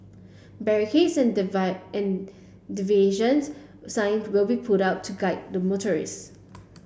barricades and and diversions signs will be put up to guide motorists